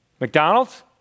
McDonald's